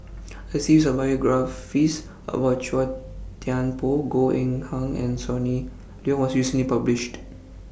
A series of biographies about Chua Thian Poh Goh Eng Han and Sonny Liew was recently published